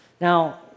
Now